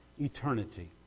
eternity